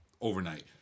overnight